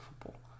football